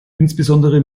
insbesondere